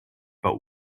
but